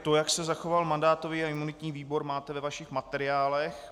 To, jak se zachoval mandátový a imunitní výbor, máte ve vašich materiálech.